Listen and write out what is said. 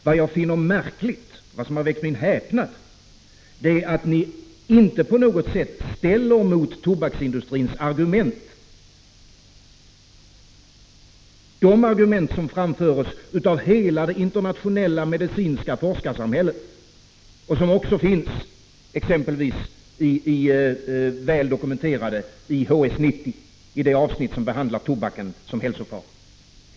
Vad jag finner märkligt och som har väckt min häpnad är att ni inte på något sätt ställer mot tobaksindustrins argument de argument som framförs av hela det internationella medicinska forskarsamhället och de forskningsresultat som finns väl dokumenterade i exempelvis HS 90, det avsnitt som behandlar tobaken som hälsofara.